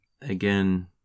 again